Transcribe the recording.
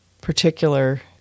particular